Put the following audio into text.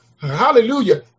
Hallelujah